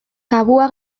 tabua